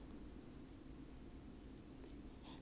ah then 我捡一点给你 lah 在你那边烧 lah